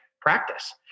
practice